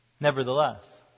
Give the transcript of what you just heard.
Nevertheless